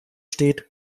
steht